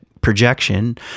projection